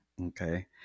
okay